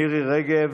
מירי מרים רגב,